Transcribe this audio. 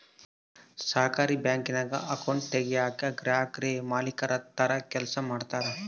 ಸಹಕಾರಿ ಬ್ಯಾಂಕಿಂಗ್ನಾಗ ಅಕೌಂಟ್ ತೆರಯೇಕ ಗ್ರಾಹಕುರೇ ಮಾಲೀಕುರ ತರ ಕೆಲ್ಸ ಮಾಡ್ತಾರ